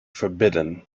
forbidden